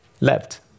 left